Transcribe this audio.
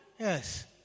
Yes